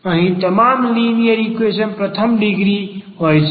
અહીં તમામ linear equation પ્રથમ ડિગ્રી હોય છે